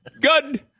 good